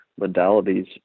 modalities